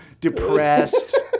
depressed